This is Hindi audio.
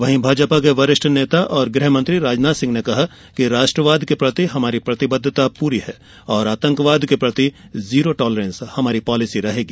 वहीं भाजपा के वरिष्ठ नेता और गृह मंत्री राजनाथ सिंह ने कहा कि राष्ट्रवाद के प्रति हमारी पूरी प्रतिबद्वता है और आतंक के प्रति जीरो टॉलरेंस हमारी पॉलिसी रहेगी